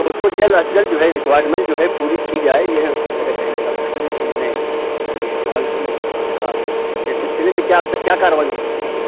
تو اُس کو جلد از جلد جو ہے ریکوائرمنٹ جو ہے پوری کی جائے یہ میرے کہنے کا مقصد ہے اِس لیے میں نے جو ہے یہ کال کی ہے بطور خاص اِس سلسلے میں کیا اب تک کیا کاروائی ہو چکی ہے